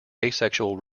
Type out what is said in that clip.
asexual